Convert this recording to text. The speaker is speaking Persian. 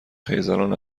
خیزران